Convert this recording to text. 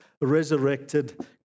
resurrected